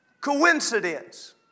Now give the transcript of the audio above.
coincidence